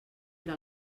era